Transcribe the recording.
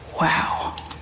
wow